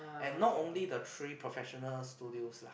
and not only the three professional studios lah